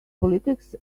politics